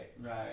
Right